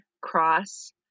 cross